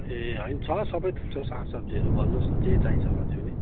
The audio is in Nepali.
ए होइन छ सबै थोक छ सागसब्जीहरू भन्नुहोस् न जे चाहिन्छ भने पनि